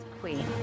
Queen